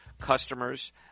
customers